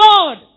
Lord